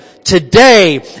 Today